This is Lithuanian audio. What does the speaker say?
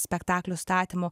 spektaklių statymu